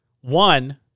One